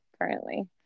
currently